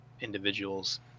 individuals